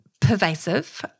pervasive